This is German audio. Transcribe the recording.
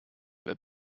wer